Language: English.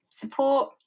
support